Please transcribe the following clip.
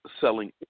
selling